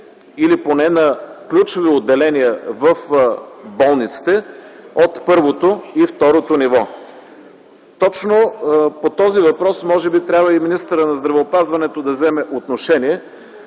или поне на ключови отделения в болниците от първото и второто ниво. Точно по този въпрос може би и министърът на здравеопазването трябва да вземе отношение